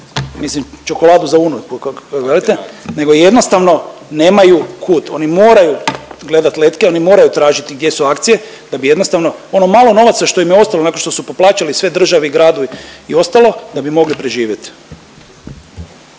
mislim čokoladu za unuku kak velite nego jednostavno nemaju kud, oni moraju gledat letke, oni moraju tražiti gdje su akcije da bi jednostavno ono malo novaca što im je ostalo nakon što su poplaćali sve državi, gradu i ostalo da bi mogli preživjet.